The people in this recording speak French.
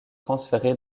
transféré